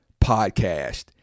podcast